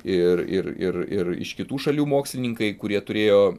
ir ir ir ir iš kitų šalių mokslininkai kurie turėjo